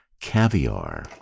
Caviar